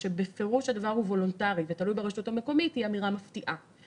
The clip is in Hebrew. כשבפירוש הדבר הוא וולונטרי ותלוי ברשות המקומית היא אמירה מפתיעה.